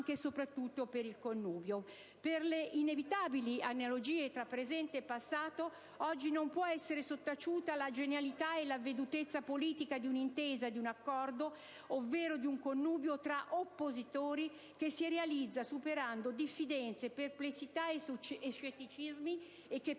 Per le inevitabili analogie tra presente e passato, oggi non può essere sottaciuta la genialità e l'avvedutezza politica di una intesa, di un accordo, ovvero di un "connubio" tra oppositori che si realizza superando diffidenze, perplessità e scetticismi e che, però, approda alla